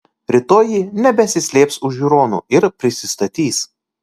rytoj ji nebesislėps už žiūronų ir prisistatys